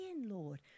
Lord